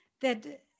that-